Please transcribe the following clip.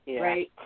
Right